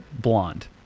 Blonde